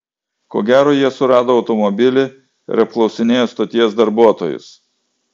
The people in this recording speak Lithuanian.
ko gero jie surado automobilį ir apklausinėjo stoties darbuotojus